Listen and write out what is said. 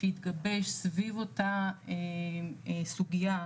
שיתגבש סביב אותה סוגייה,